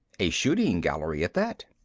a shooting gallery at that.